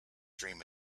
dream